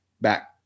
back